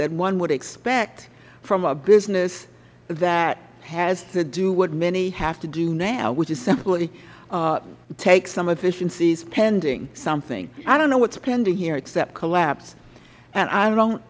that one would expect from a business that has to do what many have to do now which is simply take some efficiencies pending something i don't know what is pending here except collapse and i don't